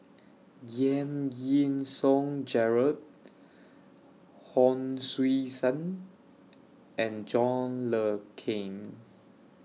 Giam Yean Song Gerald Hon Sui Sen and John Le Cain